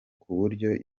kuburyo